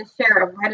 Sheriff